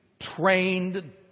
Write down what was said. trained